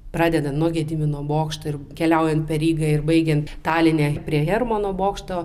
pradeda nuo gedimino bokšto ir keliaujant per rygą ir baigiant taline prie hermano bokšto